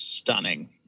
stunning